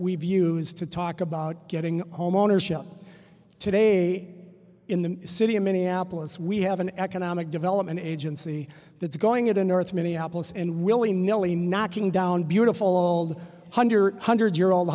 we've used to talk about getting homeownership today in the city of minneapolis we have an economic development agency that's going into north minneapolis and willy nilly knocking down beautiful old hundred hundred year old